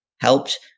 helped